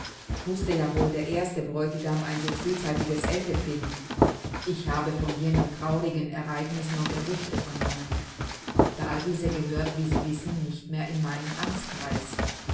mußte ja wohl der erste bräutigam ein so frühzeitiges ende finden ich habe von jenem traurigen ereigniß nur gerüchte vernommen thalwiese gehört wie sie wissen nicht mehr in meinen